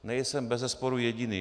Nejsem bezesporu jediný.